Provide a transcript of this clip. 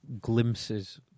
glimpses